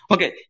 Okay